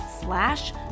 slash